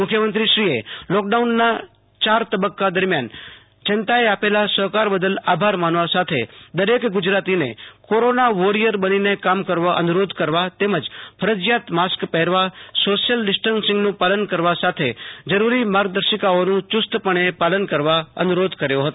મુખ્યમંત્રીશ્રીએ લોકડાઉનના ચાર તબક્કા દરમિયાન જનતાએ આપેલા સફકાર બદલ આભાર માનવા સાથે દરેક ગુજરાતીને કોરોના વોરિયર બનીને કામ કરવા અનુરોધ કરવા તેમજ ફરજિયાત માસ્ક પહેરવા સોશિયલ ડીસ્ટર્શીંગનું પાલન કરવા સાથે જરૂરી માર્ગદર્શિકાઓનું ચુસ્ત પણ પાલન કરવા અનુરોધ કર્યો છે